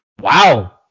Wow